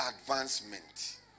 advancement